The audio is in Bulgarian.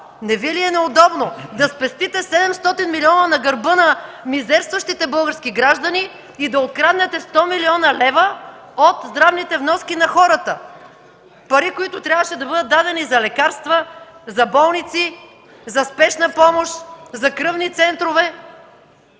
Не Ви ли е неудобно да спестите 700 милиона на гърба на мизерстващите български граждани и да откраднете 100 милиона лева от здравните вноски на хората – пари, които трябваше да бъдат дадени за лекарства, за болници, за спешна помощ, за кръвни центрове?!